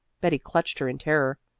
betty clutched her in terror.